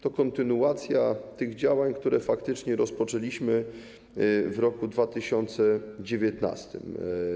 To kontynuacja tych działań, które faktycznie rozpoczęliśmy w roku 2019.